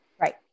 right